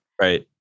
Right